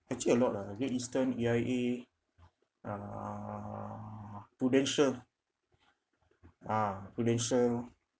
actually a lot lah great eastern A_I_A uh prudential ah prudential